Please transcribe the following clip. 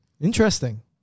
Interesting